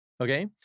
Okay